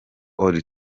old